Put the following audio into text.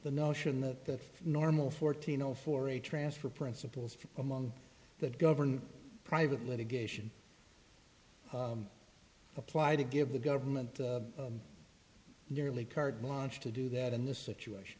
the notion that normal fourteen zero for a transfer principles among that govern private litigation apply to give the government nearly carte blanche to do that in this situation